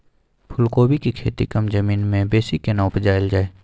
फूलकोबी के खेती कम जमीन मे बेसी केना उपजायल जाय?